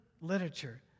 literature